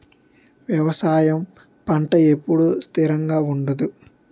వ్యవసాయం పంట ఎప్పుడు స్థిరంగా ఉండదు